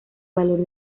valor